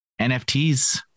NFTs